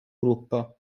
gruppo